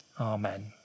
Amen